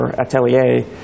atelier